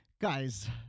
Guys